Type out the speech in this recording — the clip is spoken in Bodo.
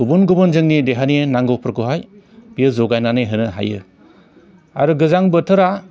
गुबुन गुबुन जोंनि देहानि नांगौफोरखौहाय बेयो जगायनानै होनो हायो आरो गोजां बोथारा